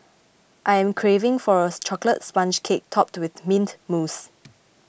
I am craving for a Chocolate Sponge Cake Topped with Mint Mousse